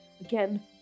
Again